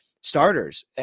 starters